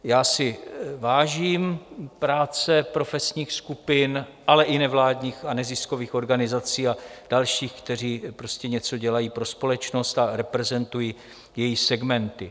Já si vážím práce profesních skupin, ale i nevládních a neziskových organizací a dalších, kteří něco dělají pro společnost a reprezentují jejich segment.